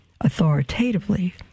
authoritatively